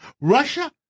Russia